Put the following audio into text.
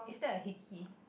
it that a hickey